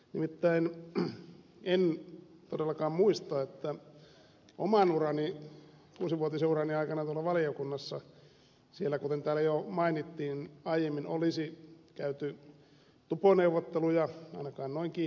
nimittäin en todellakaan muista että oman kuusivuotisen urani aikana tuolla valiokunnassa kuten täällä jo mainittiin aiemmin olisi käyty tupo neuvotteluja ainakaan noin kiihkeässä hengessä